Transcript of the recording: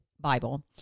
Bible